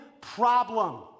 problem